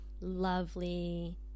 lovely